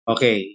Okay